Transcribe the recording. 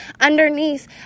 underneath